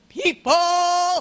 people